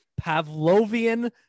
Pavlovian